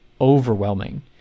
overwhelming